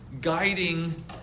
guiding